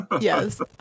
Yes